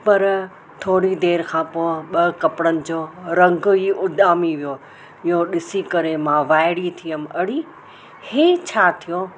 पर थोड़ी देरि खां पोइ ॿ कपिड़नि जो रंग ई उॾामी वियो इहो ॾिसी करे मां वाइड़ी थी वियमि अरे इहे छा थियो